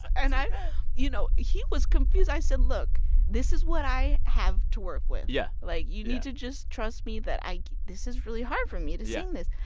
and i you know, he was confused. i said, look this is what i have to work with yeah like, you need to just trust me that i this is really hard for me to sing this.